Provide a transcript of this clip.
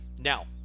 Now